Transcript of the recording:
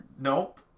Nope